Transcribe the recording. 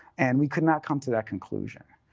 and we could not come to that conclusion.